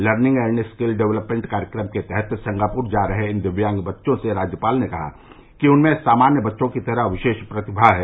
learning and skill development कार्यक्रम के तहत सिंगापुर जा रहे इन दिव्यांग बच्चों से राज्यपाल ने कहा कि उनमें सामान्य बच्चों की तरह विशेष प्रतिभा है